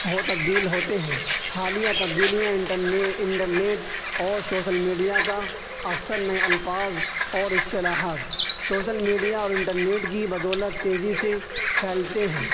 ہو تبدیل ہوتے ہیں حالیہ تبدیلیاں انٹرنیٹ اور سوشل میڈیا کا اکثر نئے الفاظ اور اصطلاحات میڈیا اور انٹرنیٹ کی بدولت تیزی سے پھیلتے ہیں